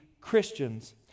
Christians